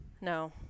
no